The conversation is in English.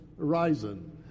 horizon